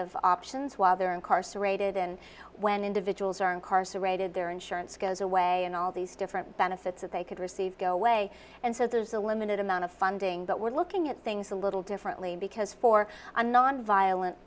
of options while they're incarcerated and when individuals are incarcerated their insurance goes away and all these different benefits that they could receive go away and so there's a limited amount of funding but we're looking at things a little differently because for a nonviolent